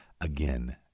Again